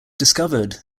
discovered